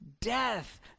death